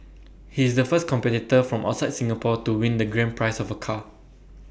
he is the first competitor from outside Singapore to win the grand prize of A car